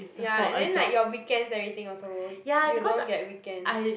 ya and then like your weekends everything also you don't get weekends